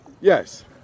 Yes